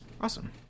Awesome